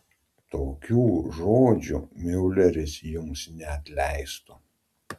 tokių žodžių miuleris jums neatleistų